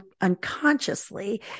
unconsciously